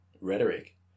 rhetoric